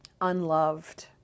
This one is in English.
unloved